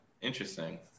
interesting